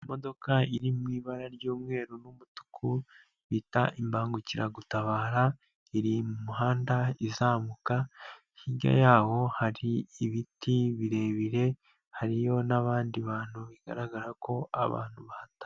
Imodoka iri mu ibara ry'umweru n'umutuku bita imbangukiragutabara, iri mu muhanda izamuka, hirya yaho hari ibiti birebire hariyo n'abandi bantu bigaragara ko abantu bahata...